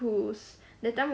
whose that time